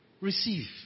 receive